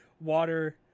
water